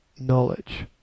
knowledge